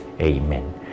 Amen